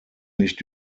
nicht